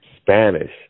Spanish